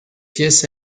pièces